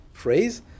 phrase